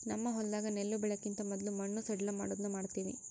ನಮ್ಮ ಹೊಲದಾಗ ನೆಲ್ಲು ಬೆಳೆಕಿಂತ ಮೊದ್ಲು ಮಣ್ಣು ಸಡ್ಲಮಾಡೊದನ್ನ ಮಾಡ್ತವಿ